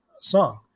song